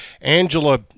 Angela